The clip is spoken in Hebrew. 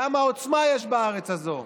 כמה עוצמה יש בארץ הזו,